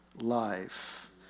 life